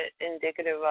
indicative